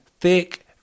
thick